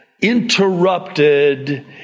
interrupted